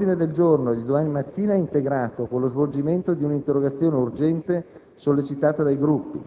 L'ordine del giorno di domani mattina è integrato con lo svolgimento di un'interrogazione urgente sollecitata dai Gruppi.